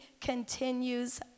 continues